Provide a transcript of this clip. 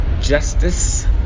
justice